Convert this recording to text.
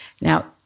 Now